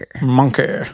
Monkey